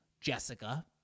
Jessica